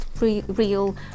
real